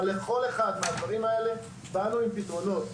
אבל לכל אחד מהדברים האלה באנו עם פתרונות,